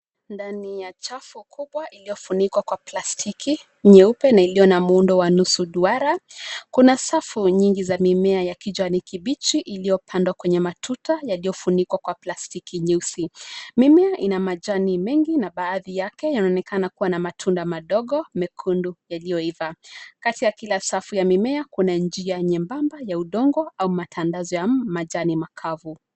Ndani ya chafu kubwa iliyofunikwa kwa plastiki nyeupe na iliyo na muundo wa nusu duara; kuna safu nyingi za mimea ya kijani kibichi iliyopandwa kwenye matuta yaliyofunikwa kwa plastiki nyeusi. Mimea ina majani mengi na baadhi yake yanaonekana kuwa na matunda madogo, mekundu yaliyoiva. Kati ya kila safu ya mimea, kuna njia nyembamba ya udongo au matandazo makavu.